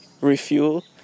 refuel